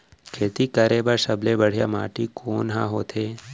खेती करे बर सबले बढ़िया माटी कोन हा होथे?